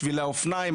שבילי האופניים,